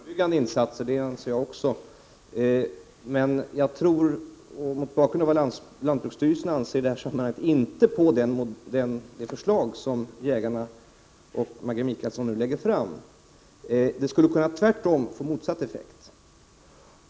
Herr talman! Självfallet skall man göra förebyggande insatser. Det anser också jag. Mot bakgrund av vad lantbruksstyrelsen anser tror jag inte på det förslag som jägarna, och nu Maggi Mikaelsson, lägger fram. Det skulle tvärtom kunna få motsatt effekt.